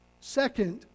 Second